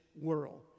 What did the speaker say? world